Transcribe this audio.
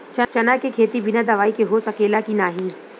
चना के खेती बिना दवाई के हो सकेला की नाही?